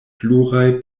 pluraj